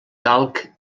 calc